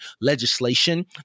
legislation